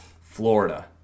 Florida